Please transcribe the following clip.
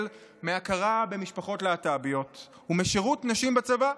מהכרה במשפחות להט"ביות ומשירות נשים בצבא,